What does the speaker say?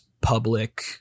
public